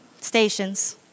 stations